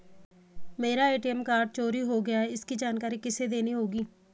मेरा ATM card चोरी हो गया है इसकी जानकारी किसे देनी होगी?